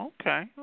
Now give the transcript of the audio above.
Okay